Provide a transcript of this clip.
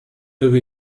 live